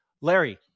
Larry